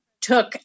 took